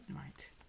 Right